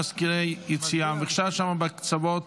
מזכירי היציע, אפשר שם בקצוות